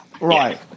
Right